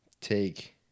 Take